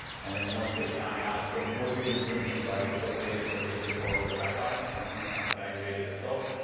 and then once they found out, so the bullets didn't hit anybody, so what they ended up getting me for was drive by, and two counts of aggravated assault.